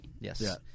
Yes